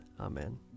Amen